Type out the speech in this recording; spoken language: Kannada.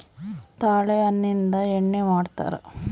ತಾಳೆ ಹಣ್ಣಿಂದ ಎಣ್ಣೆ ಮಾಡ್ತರಾ